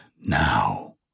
Now